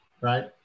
right